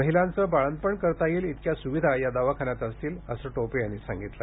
महिलांचं बाळंतपण करता येईल इतक्या सुविधा या दवाखान्यात असतील असं टोपे यांनी सांगितलं